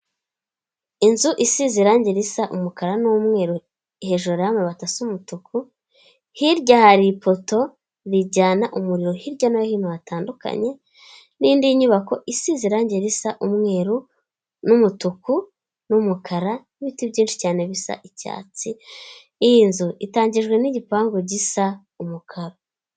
Inzu isize irangi risa umukara n'umweru hejuru hariho amabati asa umutuku, hirya hari ipoto rijyana umuriro hirya no hino hatandukanye, n'indi nyubako isize irangi risa umweru, n'umutuku, n'umukara, ni ibiti byinshi cyane bisa icyatsi, iyi nzu itangiwe n'igipangu gisa umukara.